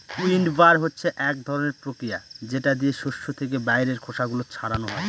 উইন্ডবার হচ্ছে এক ধরনের প্রক্রিয়া যেটা দিয়ে শস্য থেকে বাইরের খোসা গুলো ছাড়ানো হয়